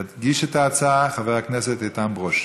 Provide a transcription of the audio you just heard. יציג את ההצעה חבר הכנסת איתן ברושי.